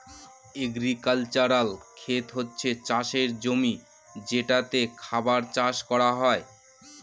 agricultural খেত হচ্ছে চাষের জমি যেটাতে খাবার চাষ করা হয়